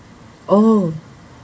oh